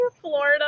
florida